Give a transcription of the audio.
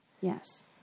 Yes